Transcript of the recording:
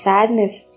Sadness –